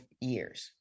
years